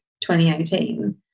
2018